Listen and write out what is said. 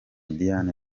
diane